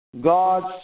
God's